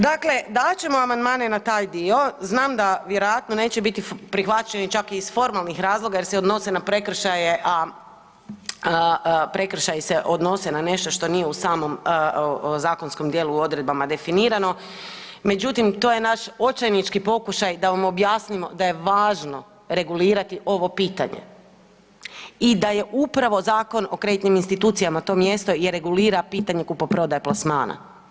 Dakle, davat ćemo amandmane na taj dio, znam da vjerojatno neće biti prihvaćeni čak i iz formalnih razloga jer se odnose na prekršaje, a prekršaji se odnose na nešto što nije u samom zakonskom dijelu u odredbama definirano, međutim to je naš očajnički pokušaj da vam objasnimo da je važno regulirati ovo pitanje i da je upravo Zakon o kreditnim institucijama to mjesto jer regulira pitanje kupoprodaje plasmana.